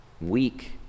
weak